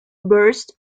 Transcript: burst